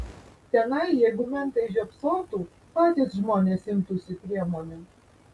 tenai jeigu mentai žiopsotų patys žmonės imtųsi priemonių